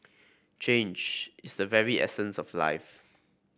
change is the very essence of life